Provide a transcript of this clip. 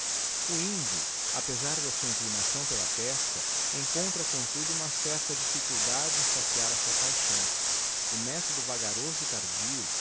o indio apezar da sua inclinação pela pesca ettíitra comtudo uma certa dlfscnldade em saciar a imtt peauo o methodo vagaroso e tardio